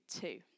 two